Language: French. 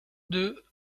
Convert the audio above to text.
deux